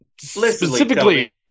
specifically